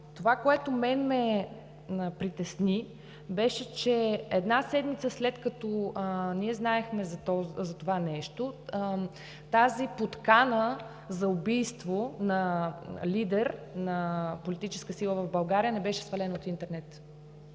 Това, което мен ме притесни, беше, че седмица след като ние знаехме за това, тази подкана за убийство на лидер на политически сила в България не беше свалена от интернет.